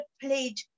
played